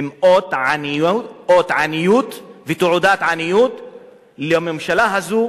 הם אות עניות ותעודת עניות לממשלה הזו,